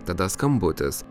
tada skambutis